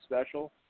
special